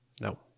No